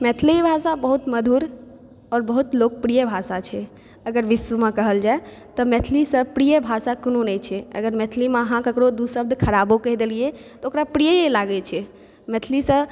मैथिली भाषा बहुत मधुर आओर बहुत लोकप्रिय भाषा छै अगर विश्वमे कहल जाइ तऽ मैथिलीसँ प्रिय भाषा कोनो नहि छै अगर मैथिलीमे ककरो अहाँ दू शब्द खराबो कहि देलियै तऽ ओकरा प्रिय ही लागै छै मैथिलीसँ